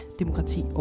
demokrati